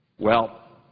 well,